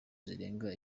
zirenga